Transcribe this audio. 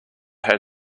had